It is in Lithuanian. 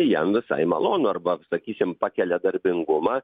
jam visai malonu arba sakysim pakelia darbingumą